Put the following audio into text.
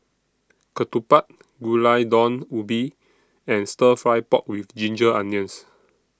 Ketupat Gulai Daun Ubi and Stir Fry Pork with Ginger Onions